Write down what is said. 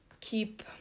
keep